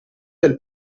del